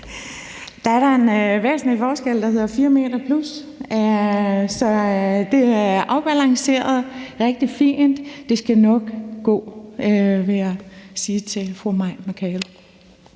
Der er da en væsentlig forskel, der hedder 4 m plus. Så det er afbalanceret rigtig fint. Det skal nok gå, vil jeg sige til fru Mai Mercado.